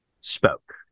spoke